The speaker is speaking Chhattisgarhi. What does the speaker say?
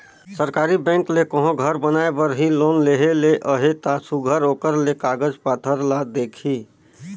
सरकारी बेंक ले कहों घर बनाए बर ही लोन लेहे ले अहे ता सुग्घर ओकर ले कागज पाथर ल देखही